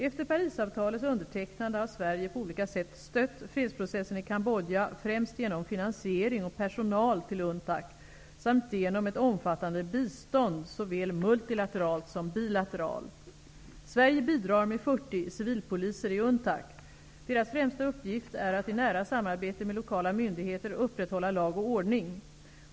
Efter Parisavtalets undertecknande har Sverige på olika sätt stött fredsprocessen i Kambodja främst genom finansiering och personal till UNTAC samt genom ett omfattande bistånd såväl multilateralt som bilateralt. Sverige bidrar med 40 civilpoliser i UNTAC. Deras främsta uppgift är att i nära samarbete med lokala myndigheter upprätthålla lag och ordning.